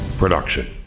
production